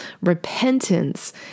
Repentance